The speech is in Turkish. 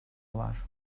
var